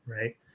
Right